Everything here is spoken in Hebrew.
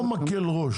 לא מקל ראש.